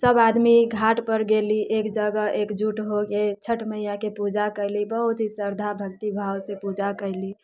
सभ आदमी घाट पर गेली एक जगह एकजुट होके छठि मैयाके पूजा कयली बहुत ही श्रद्धा भक्ति भाव से पूजा कयली